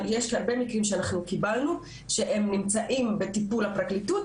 יש הרבה מקרים שאנחנו קיבלנו שהם נמצאים בטיפול הפרקליטות,